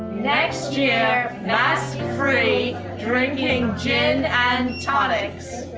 next year, mask free, drinking gin and tonics.